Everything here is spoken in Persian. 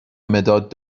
مداد